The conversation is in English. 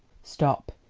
stop,